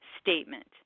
statement